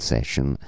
Session